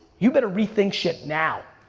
you better rethink shit now.